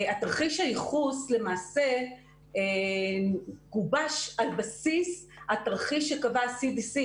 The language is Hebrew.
תרחיש הייחוס למעשה גובש על בסיס התרחיש שקבע ה-CDC,